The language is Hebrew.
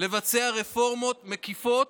לבצע רפורמות מקיפות